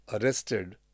arrested